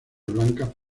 blancas